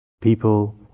People